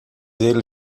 ele